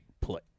play